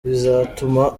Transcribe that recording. bizatuma